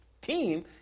team